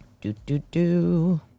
Do-do-do